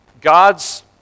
God's